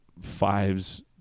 fives